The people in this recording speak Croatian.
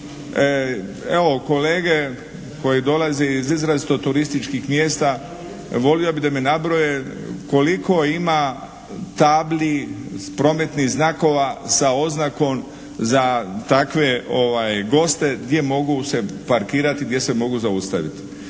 Evo kolege, koji dolaze iz izrazito turističkim mjesta, volio bi da mi nabroje koliko ima tabli, s prometnih znakova s oznakom za takve goste gdje mogu se parkirati, gdje se mogu zaustaviti.